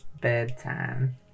Bedtime